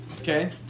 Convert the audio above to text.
Okay